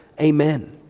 Amen